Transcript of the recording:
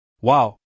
Wow